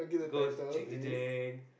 goes jeng jeng jeng